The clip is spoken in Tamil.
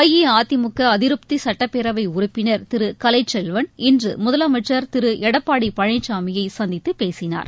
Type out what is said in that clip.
அஇஅதிமுகஅதிருப்திசட்டப்பேரவைஉறுப்பினர் திருகலைச்செல்வன் இன்றுமுதலமைச்சர் திருளடப்பாடிபழனிசாமியைசந்தித்துபேசினார்